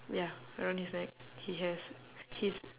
ya around his neck he has he's